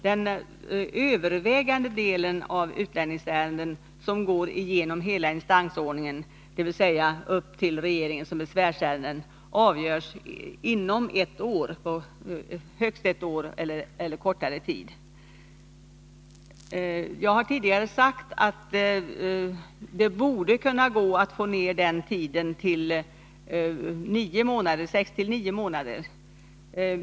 Den övervägande delen av de utlänningsärenden som går genom hela instansordningen, dvs. upp till regeringen som besvärsärenden, avgörs 43 inom högst ett år. Jag har tidigare sagt att det borde kunna gå att få ner den tiden till sex-nio månader.